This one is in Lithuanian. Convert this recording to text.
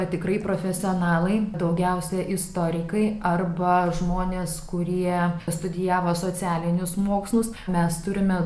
tad tikrai profesionalai daugiausiai istorikai arba žmonės kurie studijavo socialinius mokslus mes turime